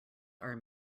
are